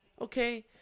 okay